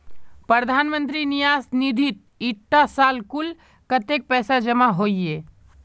प्रधानमंत्री न्यास निधित इटा साल कुल कत्तेक पैसा जमा होइए?